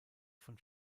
von